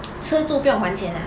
吃住不用还钱 ah